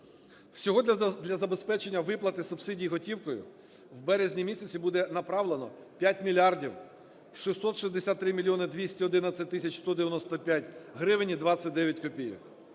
Всього для забезпечення виплати субсидій готівкою в березні місяці буде направлено 5 мільярдів 663 мільйони 211 тисяч 195 гривень і 29 копійок